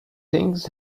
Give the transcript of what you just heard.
things